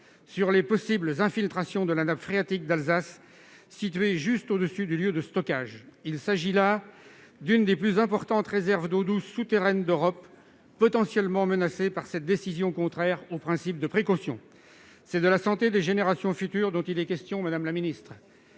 de produits toxiques dans la nappe phréatique d'Alsace, située juste au-dessus du lieu de stockage. L'une des plus importantes réserves d'eau douce souterraine d'Europe est potentiellement menacée par cette décision contraire au principe de précaution. C'est de la santé des générations futures qu'il est question, madame la ministre